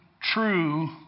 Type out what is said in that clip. true